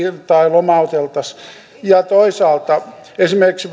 tai lomauteltaisiin toisaalta esimerkiksi